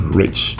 rich